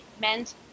meant